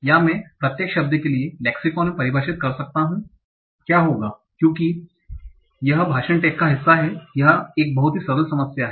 क्या मैं प्रत्येक शब्द के लिए लेक्सिकोन में परिभाषित कर सकता हूं क्या होगा क्यू कि यह भाषण टैग का हिस्सा है यह एक बहुत ही सरल समस्या है